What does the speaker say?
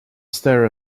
stare